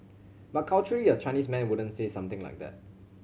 but culturally a Chinese man wouldn't say something like that